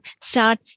start